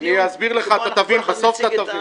אסביר לך ובסוף אתה תבין.